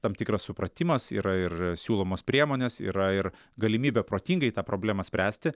tam tikras supratimas yra ir siūlomos priemonės yra ir galimybė protingai tą problemą spręsti